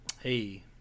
Hey